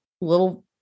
little